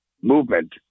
movement